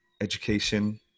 education